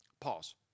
Pause